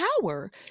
power